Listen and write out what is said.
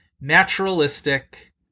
naturalistic